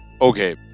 Okay